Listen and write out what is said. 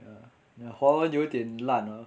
ah 你的华文有点烂啊